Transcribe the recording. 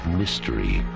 mystery